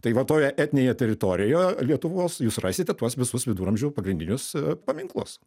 tai va toje etinėje teritorijoje lietuvos jūs rasite tuos visus viduramžių pagrindinius paminklus